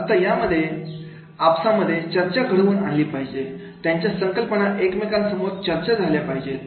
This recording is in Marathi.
आता यामध्ये आपसामध्ये चर्चा घडवून आणली पाहिजे त्यांच्या संकल्पना एकमेकांबरोबर चर्चा झाल्या पाहिजेत